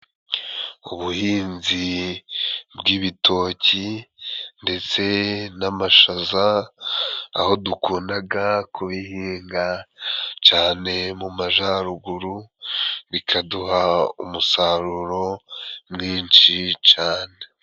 Ubuhinzi bw'ibitoki ndetse n'amashaza, aho dukundaga kubihinga cane mu majaruguru, bikaduha umusaruro mwinshi cane.